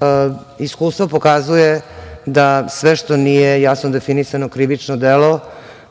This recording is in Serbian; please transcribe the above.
godine. Iskustvo pokazuje da sve što nije jasno definisano krivično delo